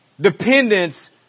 dependence